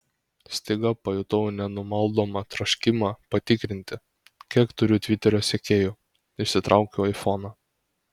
staiga pajutau nenumaldomą troškimą patikrinti kiek turiu tviterio sekėjų išsitraukiau aifoną